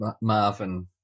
Marvin